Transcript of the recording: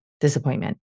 disappointment